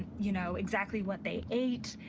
you know, exactly what they ate.